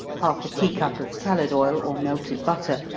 half a tea cup of salad oil, or melted butter,